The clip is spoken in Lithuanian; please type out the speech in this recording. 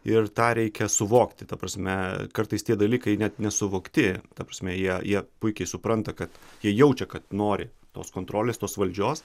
ir tą reikia suvokti ta prasme kartais tie dalykai net nesuvokti ta prasme jie jie puikiai supranta kad jie jaučia kad nori tos kontrolės tos valdžios